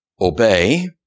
Obey